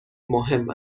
مهم